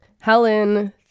Helen